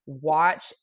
watch